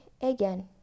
again